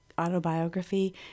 autobiography